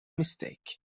mistake